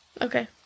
Okay